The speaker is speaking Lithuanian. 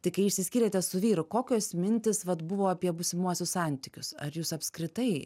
tai kai išsiskyrėte su vyru kokios mintys vat buvo apie būsimuosius santykius ar jūs apskritai